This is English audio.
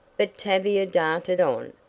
but tavia darted on.